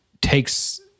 takes